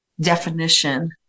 definition